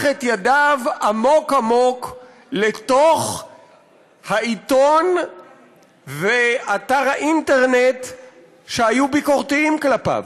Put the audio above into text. את ידיו עמוק-עמוק לתוך העיתון ואתר האינטרנט שהיו ביקורתיים כלפיו?